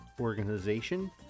organization